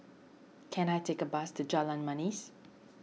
can I take a bus to Jalan Manis